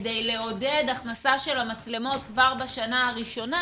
כדי לעודד הכנסה של המצלמות כבר בשנה הראשונה